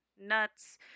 nuts